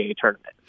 tournament